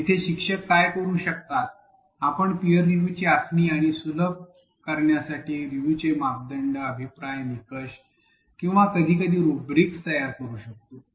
येथे शिक्षक काय करू शकतात आपण पीयर रिव्ह्यू ची आखणी आणि सुलभ करण्यासाठी रिव्ह्यूचे मापदंड अभिप्राय निकष किंवा कधीकधी रुब्रिक्स तयार करू शकतो